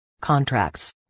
contracts